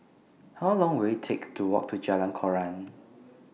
How Long Will IT Take to Walk to Jalan Koran